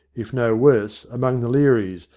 if no worse, among the learys,